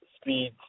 speed